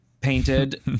painted